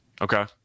Okay